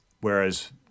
whereas